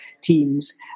teams